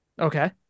Okay